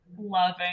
loving